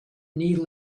knee